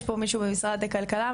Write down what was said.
יש פה מישהו ממשרד הכלכלה,